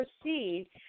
proceed